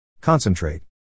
concentrate